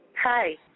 Hi